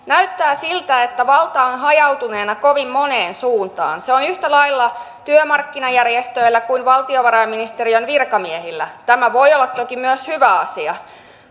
näyttää siltä että valta on hajautuneena kovin moneen suuntaan se on yhtä lailla työmarkkinajärjestöillä kuin valtiovarainministeriön virkamiehillä tämä voi olla toki myös hyvä asia